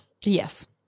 Yes